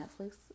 Netflix